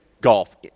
golf